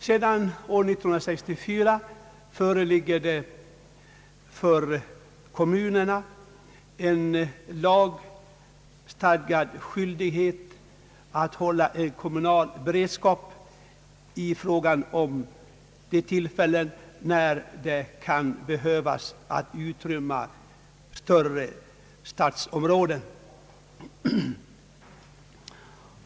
Sedan år 1964 har kommunerna en lagstadgad skyldighet att hålla en kommunal beredskap i de fall då man behöver utrymma större stadsområden.